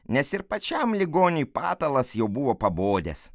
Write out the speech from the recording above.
nes ir pačiam ligoniui patalas jau buvo pabodęs